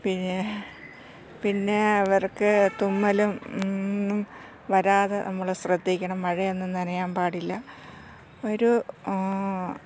പിന്നെ പിന്നെ അവർക്ക് തുമ്മലും ഒന്നും വരാതെ നമ്മൾ ശ്രദ്ധിക്കണം മഴയൊന്നും നനയാൻ പാടില്ല ഒരു